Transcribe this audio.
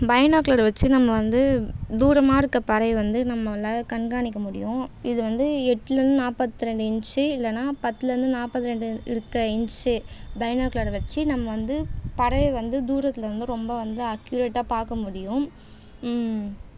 பைனாக்குலரை வச்சு நம்ம வந்து தூரமாக இருக்கற பறவை வந்து நம்மால் கண்காணிக்க முடியும் இது வந்து எட்டுலிருந்து நாற்பத்தி ரெண்டு இஞ்ச்சி இல்லைனா பத்திலேருந்து நாற்பத்தி ரெண்டு இருக்கற இஞ்ச்சி பைனாக்குலரை வச்சு நம்ம வந்து பறவை வந்து தூரத்திலேருந்து ரொம்ப வந்து அக்யூரேட்டாக பார்க்க முடியும்